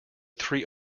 three